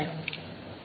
r R